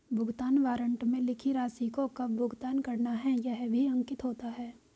भुगतान वारन्ट में लिखी राशि को कब भुगतान करना है यह भी अंकित होता है